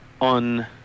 on